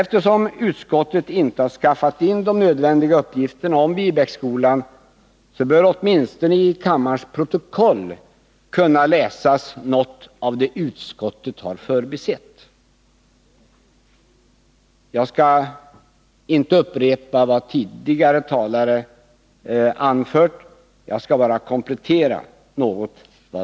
Eftersom utskottet inte har införskaffat de nödvändiga uppgifterna om Viebäcksskolan, bör åtminstone i kammarens protokoll kunna läsas något av det som utskottet har förbisett. Jag skall inte upprepa vad tidigare talare har anfört, utan bara något komplettera detta.